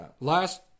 Last